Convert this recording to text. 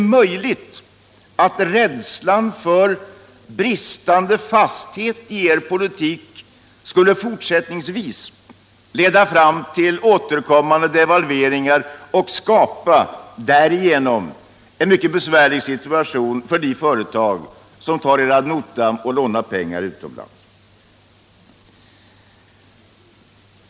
Om den bristande fastheten i er politik leder fram till återkommande devalveringar skulle en mycket besvärlig situation skapas för de företag Som tar era uttalanden ad notam och lånar pengar utomlands.